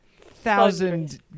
thousand